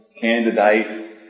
candidate